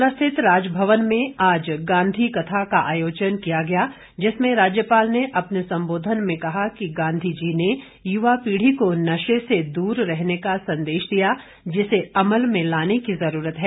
शिमला स्थित राजभवन में आज गांधी कथा का आयोजन किया गया जिसमें राज्यपाल ने अपने संबोधन में कहा कि गांधी जी ने युवा पीढ़ी को नशे से दूर रहने का संदेश दिया जिसे अमल में लाने की जरूरत है